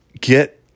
get –